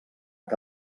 que